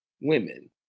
women